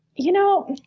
you know,